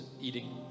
eating